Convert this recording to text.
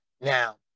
now